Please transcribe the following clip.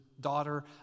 daughter